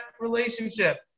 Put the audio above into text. relationship